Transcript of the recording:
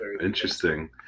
interesting